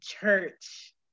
church